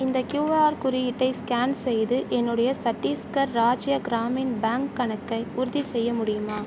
இந்த க்யூஆர் குறியீட்டை ஸ்கேன் செய்து என்னுடைய சட்டீஸ்கர் ராஜ்ய கிராமின் பேங்க் கணக்கை உறுதிசெய்ய முடியுமா